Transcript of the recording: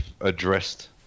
addressed